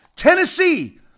Tennessee